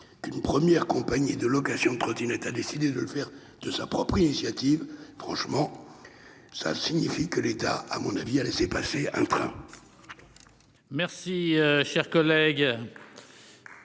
qu'une première compagnie de location de trottinettes avait décidé de le faire de sa propre initiative. Cela signifie que l'État a laissé passer un train.